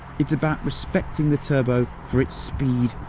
it's about respecting the turbo for its speed,